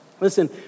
Listen